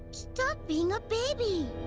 stop being a baby!